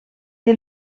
est